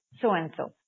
so-and-so